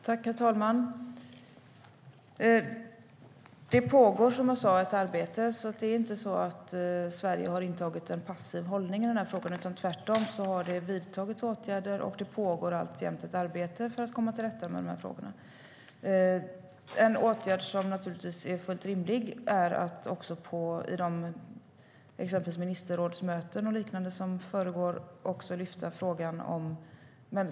Herr talman! Det pågår ett arbete, som jag sa. Det är inte så att Sverige har intagit en passiv hållning i frågan. Tvärtom har det vidtagits åtgärder, och det pågår alltjämt ett arbete för att komma till rätta med detta. En åtgärd som naturligtvis är fullt rimlig är att lyfta frågan exempelvis vid de ministerrådsmöten och liknande som försiggår.